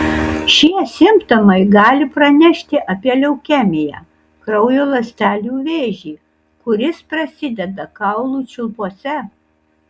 šie simptomai gali pranešti apie leukemiją kraujo ląstelių vėžį kuris prasideda kaulų čiulpuose